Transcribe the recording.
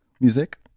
music